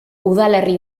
udalerri